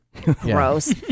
Gross